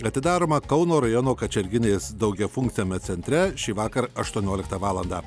atidaroma kauno rajono kačerginės daugiafunkciame centre šįvakar aštuonioliktą valandą